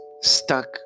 stuck